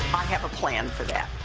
have a plan for that.